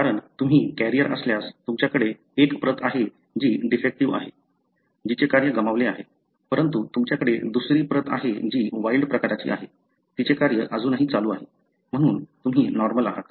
कारण तुम्ही कॅरियर असल्यास तुमच्याकडे एक प्रत आहे जी डिफेक्टीव्ह आहे तिचे कार्य गमावले आहे परंतु तुमच्याकडे दुसरी प्रत आहे जी वाइल्ड प्रकारची आहे तिचे कार्य अजूनही चालू आहे म्हणून तुम्ही नॉर्मल आहात